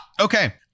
Okay